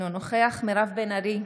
אינו נוכח מירב בן ארי,